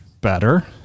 better